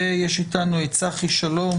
יש איתנו את צחי שלום,